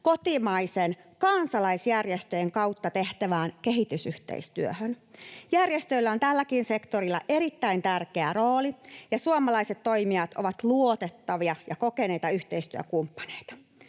kotimaisten kansalaisjärjestöjen kautta tehtävään kehitysyhteistyöhön. Järjestöillä on tälläkin sektorilla erittäin tärkeä rooli, ja suomalaiset toimijat ovat luotettavia ja kokeneita yhteistyökumppaneita.